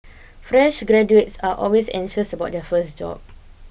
fresh graduates are always anxious about their first job